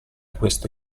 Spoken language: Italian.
queste